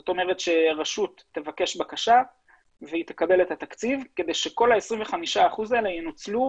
זאת אומרת שרשות תבקש בקשה והיא תקבל את התקציב כדי שכל ה-25% האלה